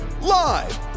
Live